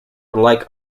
unlike